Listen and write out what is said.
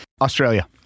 Australia